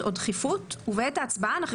ואנחנו נמשיך.